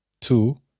two